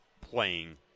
playing